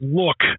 look